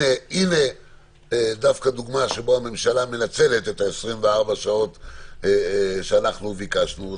זאת דוגמה שבה הממשלה מנצלת את 24 השעות שאנחנו ביקשנו.